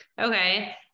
Okay